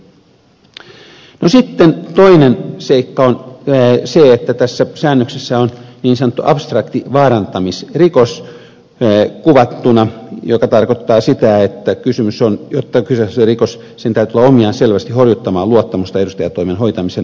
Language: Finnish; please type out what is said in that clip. sitten toinen seikka on se että tässä säännöksessä on kuvattuna niin sanottu abstrakti vaarantamisrikos joka tarkoittaa sitä että kyseisen rikoksen täytyy olla omiaan selvästi horjuttamaan luottamusta edustajantoimen hoitamisen riippumattomuuteen